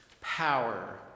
power